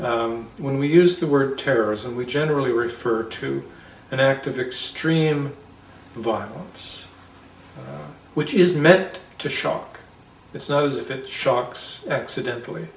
when we use the word terrorism we generally refer to an act of extreme violence which is meant to shock its nose if it shocks accidentally